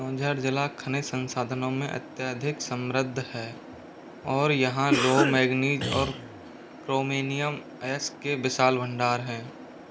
क्योंझर ज़िला खनिज संसाधनों में अत्यधिक समृद्ध है और यहाँ लो मैंगनीज और क्रोमिनियम एस के विशाल भंडार हैं